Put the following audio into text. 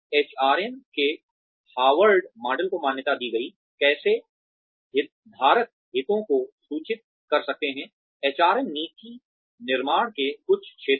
HRM के Harvard model को मान्यता दी गई कैसे हितधारक हितों को सूचित कर सकते हैं एचआरएम नीति निर्माण के कुछ क्षेत्रों